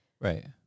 Right